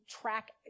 track